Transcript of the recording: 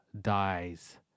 dies